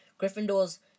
Gryffindor's